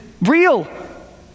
real